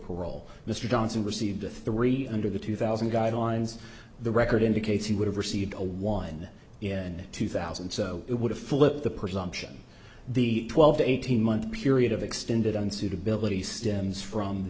parole mr johnson received a three under the two thousand guidelines the record indicates he would have received a one in two thousand so it would have flipped the presumption the twelve to eighteen month period of extended unsuitability stems from